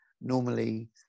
normally